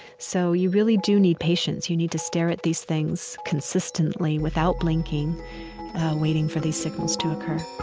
so you really do need patience. you need to stare at these things consistently without blinking waiting for these signals to occur